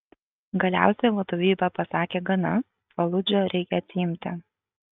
galiausiai vadovybė pasakė gana faludžą reikia atsiimti